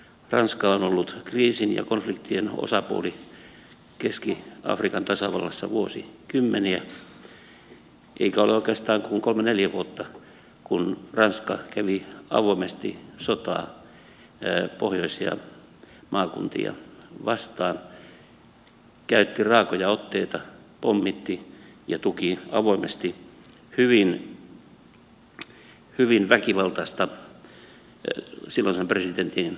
ranska on ollut kriisin ja konfliktien osapuoli keski afrikan tasavallassa vuosikymmeniä eikä ole oikeastaan kuin kolme neljä vuotta siitä kun ranska kävi avoimesti sotaa pohjoisia maakuntia vastaan käytti raakoja otteita pommitti ja tuki avoimesti silloisen presidentin hyvin väkivaltaista hallintoa